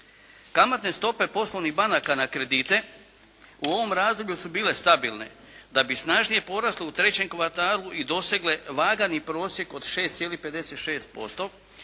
Kamatne stope poslovnih banaka na kredite u ovom razdoblju su bile stabilne da bi snažnije porasle u trećem kvartalu i dosegle lagani prosjek od 6,56%.